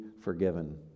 forgiven